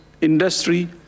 industry